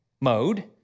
mode